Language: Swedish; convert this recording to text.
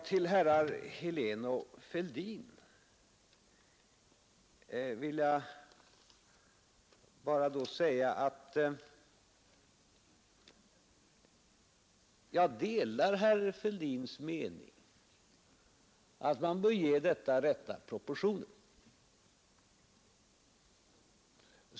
Till herrar Helén och Fälldin vill jag bara säga att jag delar herr Fälldins mening att man bör ge skidlnaderna mellan oss rätta proportioner.